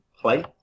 play